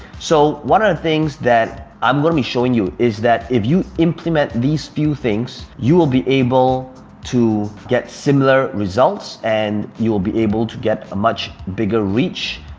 so, one of the things that i'm gonna be showing you is that if you implement these few things, you will be able to get similar results and you'll be able to get a much bigger reach,